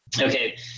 Okay